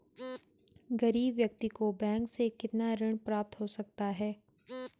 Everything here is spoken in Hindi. गरीब व्यक्ति को बैंक से कितना ऋण प्राप्त हो सकता है?